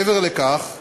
מעבר לכך,